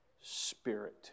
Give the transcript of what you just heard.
Spirit